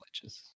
pledges